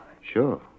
Sure